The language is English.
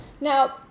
Now